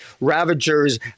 Ravager's